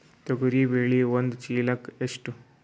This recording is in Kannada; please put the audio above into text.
ತೊಗರಿ ಬೇಳೆ ಒಂದು ಚೀಲಕ ಎಷ್ಟು?